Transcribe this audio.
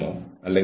നിങ്ങൾ ഇടപെടണം